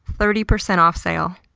thirty percent off sale.